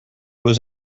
was